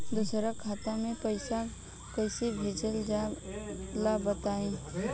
दोसरा खाता में पईसा कइसे भेजल जाला बताई?